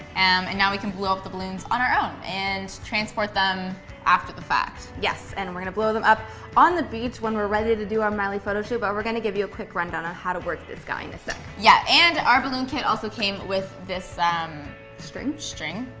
and and now we can blow up the balloons on our own and transport them after the fact. yes, and we're going to blow them up on the beach when we're ready to do our miley photoshoot but we're going to give you a quick rundown on how to work this guy in a sec, yeah and our balloons also came with this um string. string.